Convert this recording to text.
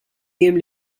jiem